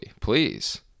please